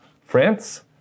France